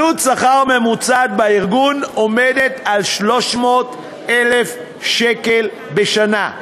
עלות שכר ממוצעת בארגון עומדת על 300,000 שקל בשנה,